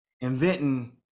inventing